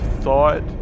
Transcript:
thought